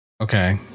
Okay